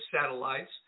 satellites